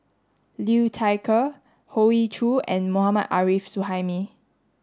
Liu Thai Ker Hoey Choo and Mohammad Arif Suhaimi